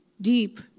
Deep